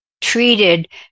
treated